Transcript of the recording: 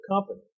company